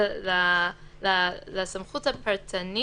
ואם אתם מביאים אישור רפואי שהוא בבידוד,